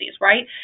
right